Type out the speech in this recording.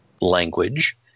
language